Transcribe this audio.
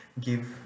give